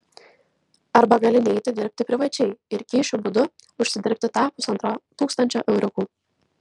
arba gali neiti dirbti privačiai ir kyšių būdu užsidirbti tą pusantro tūkstančio euriukų